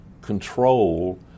control